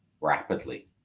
rapidly